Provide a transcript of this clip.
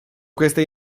queste